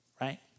Right